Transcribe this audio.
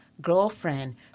girlfriend